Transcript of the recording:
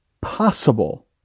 possible